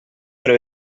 però